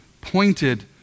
pointed